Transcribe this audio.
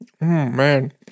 Man